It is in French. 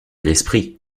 l’esprit